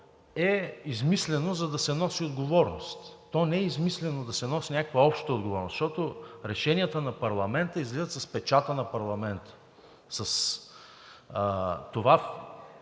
е измислено, за да се носи отговорност. То не е измислено, за да се носи някаква обща отговорност, защото решенията на парламента излизат с печата на парламента,